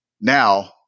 Now